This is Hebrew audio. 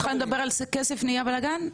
התחלנו לדבר על כסף נהיה בלגן.